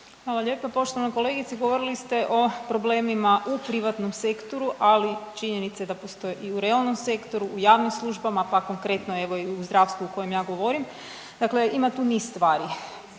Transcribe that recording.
Hvala lijepo. Poštovana kolegice govorili ste o problemima u privatnom sektoru, ali činjenica je da postoje i u realnom sektoru, u javnim službama pa konkretno evo i u zdravstvu o kojem ja govorim. Dakle, ima tu niz stvari,